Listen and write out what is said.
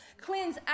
Cleanse